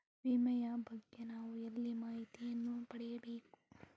ವಿಮೆಯ ಬಗ್ಗೆ ನಾವು ಎಲ್ಲಿ ಮಾಹಿತಿಯನ್ನು ಪಡೆಯಬೇಕು?